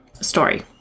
story